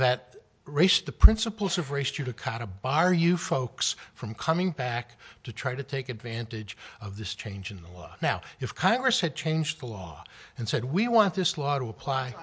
that race the principles of race you to cut a bar you folks from coming back to try to take advantage of this change in the law now if congress had changed the law and said we want this law to apply